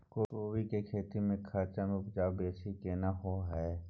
कोबी के खेती में कम खर्च में उपजा बेसी केना होय है?